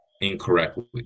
incorrectly